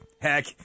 Heck